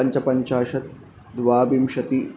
पञ्चपञ्चाशत् द्वाविंशति